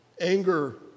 Anger